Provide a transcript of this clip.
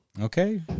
Okay